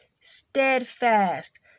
steadfast